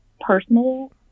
personal